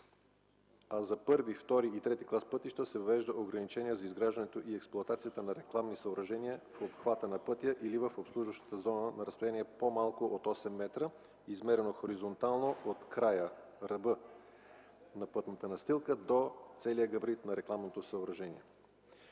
а за първи, втори и трети клас пътища се въвежда ограничение за изграждането и експлоатацията на рекламни съоръжения в обхвата на пътя или в обслужващата зона на разстояние, по-малко от 8 м, измерено хоризонтално от края (ръба) на пътната настилка до целия габарит на рекламното съоръжение.